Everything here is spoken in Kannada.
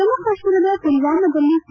ಜಮ್ಮು ಕಾಶ್ಮೀರದ ಪುಲ್ವಾಮಾದಲ್ಲಿ ಸಿ